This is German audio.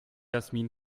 jasmin